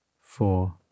four